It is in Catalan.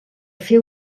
fer